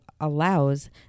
allows